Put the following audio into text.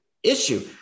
issue